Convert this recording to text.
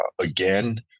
again